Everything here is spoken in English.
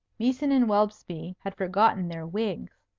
meeson and welsby had forgotten their wigs.